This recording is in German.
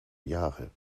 jahre